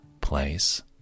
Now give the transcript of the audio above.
place